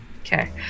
okay